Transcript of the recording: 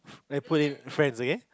like put in friends okay